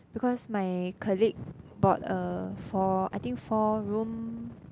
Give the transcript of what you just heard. because my colleague bought a four I think four room